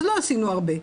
אז לא עשינו הרבה.